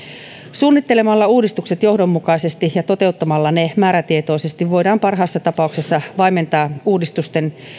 suunnittelemalla uudistukset johdonmukaisesti ja toteuttamalla ne määrätietoisesti voidaan parhaassa tapauksessa vaimentaa uudistusten